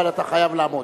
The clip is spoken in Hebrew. אבל אתה חייב לעמוד.